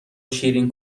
شیرین